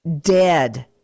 dead